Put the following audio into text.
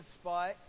spot